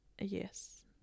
Yes